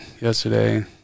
Yesterday